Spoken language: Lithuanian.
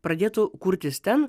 pradėtų kurtis ten